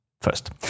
First